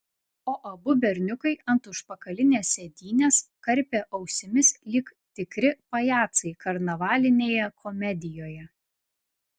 o abu berniukai ant užpakalinės sėdynės karpė ausimis lyg tikri pajacai karnavalinėje komedijoje